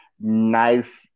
nice